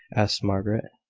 said margaret.